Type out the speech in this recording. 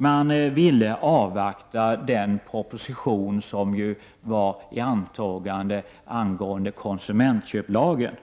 Man ville avvakta den proposition angående konsumentköplagen